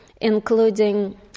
including